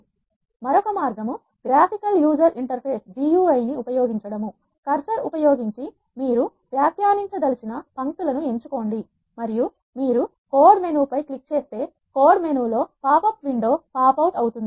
మరొక మార్గం graphical user interface నీ ఉపయోగించడం కర్సర్ ఉపయోగించి మీరు వ్యాఖ్యానించదలిచిన పంక్తులను ఎంచుకోండి మరియు మీరు కోడ్ మెనూ పై క్లిక్ చేస్తే కోడ్ మెనూలో pop up window pop out అవుతుంది